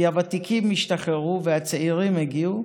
כי הוותיקים השתחררו והצעירים הגיעו,